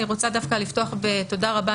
אני רוצה דווקא לפתוח בתודה רבה,